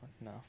No